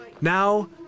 Now